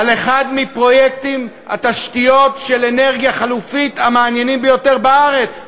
על אחד מפרויקטי התשתיות של אנרגיה חלופית המעניינים ביותר בארץ.